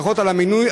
ברכות על המינוי.